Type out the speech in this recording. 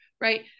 right